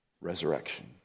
resurrection